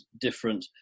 different